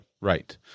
Right